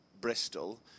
Bristol